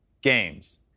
games